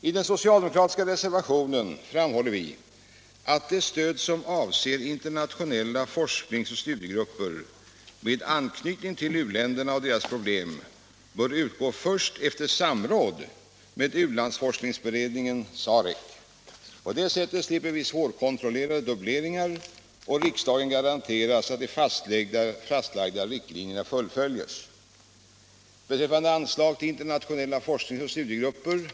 I den socialdemokratiska reservationen framhåller vi att det stöd som avser internationella forsknings och studiegrupper, med anknytning till u-länderna och deras problem, bör utgå först efter samråd med u-lands 79 forskningsberedningen . På detta sätt slipper vi svårkontrollerade dubbleringar, och riksdagen garanteras att de fastlagda riktlinjerna fullföljs.